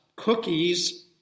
cookies